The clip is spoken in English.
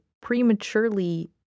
prematurely